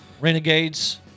Renegades